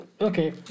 Okay